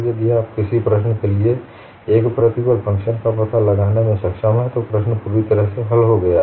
यदि आप किसी प्रश्न के लिए एक प्रतिबल फ़ंक्शन का पता लगाने में सक्षम हैं तो प्रश्न पूरी तरह से हल हो गया है